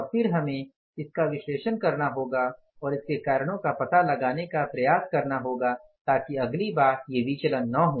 और फिर हमें इसका विश्लेषण करना होगा और इसके कारणों का पता लगाने का प्रयास करना होगा ताकि अगली बार ये विचलन न हो